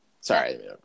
sorry